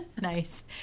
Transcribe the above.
nice